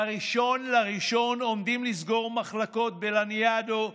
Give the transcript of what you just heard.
ב-1 בינואר עומדים לסגור מחלקות בלניאדו,